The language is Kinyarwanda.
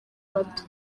bato